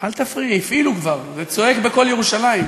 תפעילו כבר את הפעמון של ההצבעות.